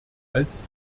als